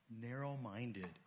narrow-minded